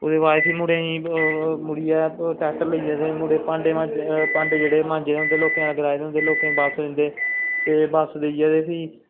ओह्दे बाद च फ्ही मुड़ें गी मुड़ियै कैंपर लेईयै ते मुड़े भांडे जेह्ड़े मांजे दे होंदे लोकैं गलाए दे होंदे लोकें गी बापस दिंदे ते बापस देईयै ते फ्ही